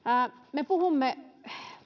me puhumme